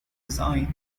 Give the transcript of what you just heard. design